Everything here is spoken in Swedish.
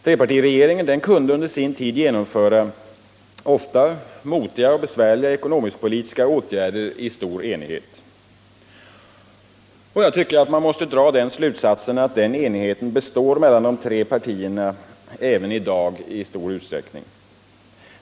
Trepartiregeringen kunde under sin tid genomföra ofta motiga och besvärliga ekonomisk-politiska åtgärder i stor enighet. Den enigheten mellan de tre partierna består även i dag i stor utsträckning.